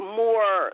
more